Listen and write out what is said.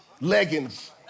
leggings